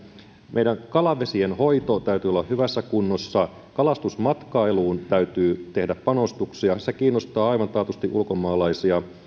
meidän kalavesien hoidon täytyy olla hyvässä kunnossa kalastusmatkailuun täytyy tehdä panostuksia se kiinnostaa aivan taatusti ulkomaalaisia